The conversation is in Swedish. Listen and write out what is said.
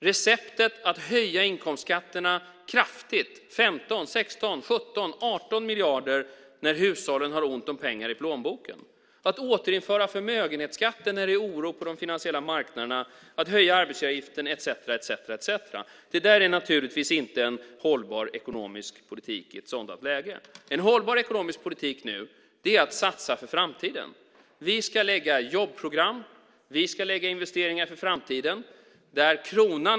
Receptet att höja inkomstskatterna kraftigt - med 15-18 miljarder - när hushållen har ont om pengar i plånboken, att återinföra förmögenhetsskatten när det är oro på de finansiella marknaderna, att höja arbetsgivaravgiften etcetera är naturligtvis inte en hållbar ekonomisk politik i ett sådant läge. En hållbar ekonomisk politik nu är att satsa på framtiden. Vi ska lägga fram jobbprogram, och vi ska investera för framtiden.